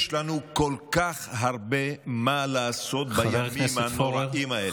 יש לנו כל כך הרבה מה לעשות בימים הנוראים האלה.